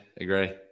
Agree